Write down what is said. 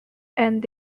and